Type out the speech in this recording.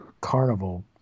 carnival